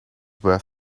were